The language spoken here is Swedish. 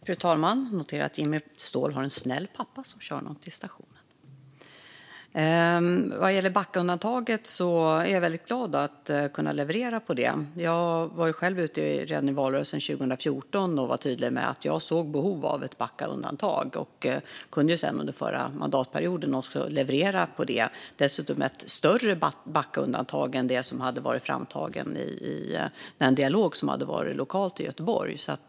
Fru talman! Jag noterar att Jimmy Ståhl har en snäll pappa som kör honom till stationen. Vad gäller Backaundantaget är jag glad att kunna leverera på det. Jag var själv ute redan i valrörelsen 2014 och var tydlig med att jag såg ett behov av ett Backaundantag, och jag kunde sedan under förra mandatperioden också leverera på det. Dessutom blev det ett större Backaundantag än det som hade varit framtaget i den lokala dialogen i Göteborg.